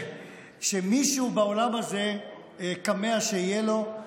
שמישהו בעולם הזה כמה שיהיו לו.